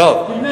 תמנה.